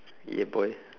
yeah boy